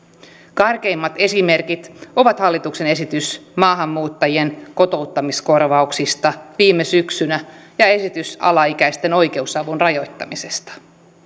karkeimmat esimerkit ovat hallituksen esitys maahanmuuttajien kotouttamiskorvauksista viime syksynä ja esitys alaikäisten oikeusavun rajoittamisesta